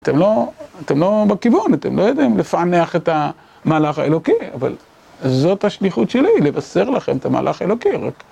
אתם לא, אתם לא בכיוון, אתם לא יודעים לפענח את המהלך האלוקי, אבל זאת השליחות שלי, לבשר לכם את המהלך האלוקי.